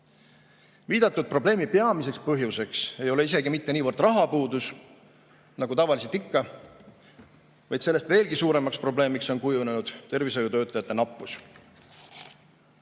Viidatud probleemi peamiseks põhjuseks ei ole isegi mitte niivõrd rahapuudus, nagu tavaliselt ikka, vaid sellest veelgi suuremaks probleemiks on kujunenud tervishoiutöötajate nappus.